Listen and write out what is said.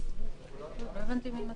היא לבטלה.